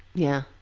yeah.